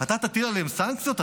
אתה תטיל עליהם סנקציות?